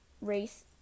race